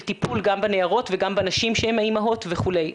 טיפול גם בנערות וגם בנשים שהן אימהות וכולי.